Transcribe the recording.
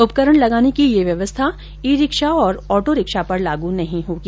उपकरण लगाने की यह व्यवस्था ई रिक्शा तथा ऑटो रिक्शा पर लागू नहीं होगी